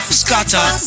scatter